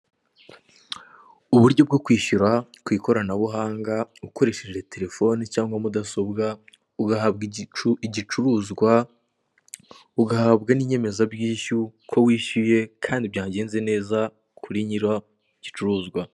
Uburyo bwo kwishyura ku ikoranabuhanga ukoresheje terefone cyangwa mudasobwa, ugahabwa igicuruzwa, ugahabwa n'inyemezabwishyu ko wishyuye kandi byagenze neza kuri nyirigicuruzwa.